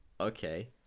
Okay